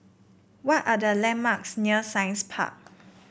what are the landmarks near Science Park